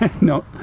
no